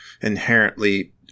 inherently